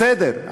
בסדר,